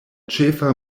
ĉefa